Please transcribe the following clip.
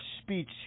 speech